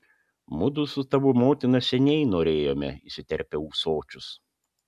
mudu su tavo motina seniai norėjome įsiterpia ūsočius